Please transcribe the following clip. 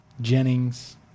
Jennings